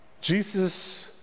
Jesus